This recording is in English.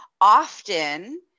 Often